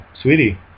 sweetie